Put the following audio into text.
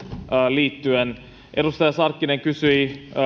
liittyen edustaja sarkkinen kysyi